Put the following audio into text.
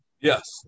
Yes